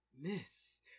Miss